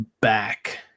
back